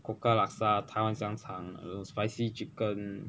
koka laksa 台湾香肠 I don't know spicy chicken